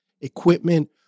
equipment